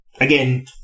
again